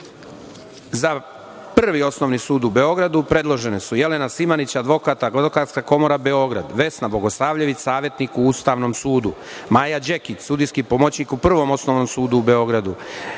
Prvi osnovni sud u Beogradu predložene su Jelena Simanić, advokat, Advokatska komora Beograd, Vesna Bogosavljević, savetnik u Ustavnom sudu, Maja Đekić, sudijski pomoćnik u Prvom osnovnom sudu u Beogradu,